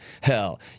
hell